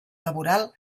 laboral